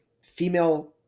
female